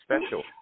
special